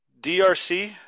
DRC